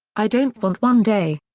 i don't want one day.